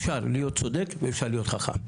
אפשר להיות צודק ואפשר להיות חכם.